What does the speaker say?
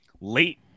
late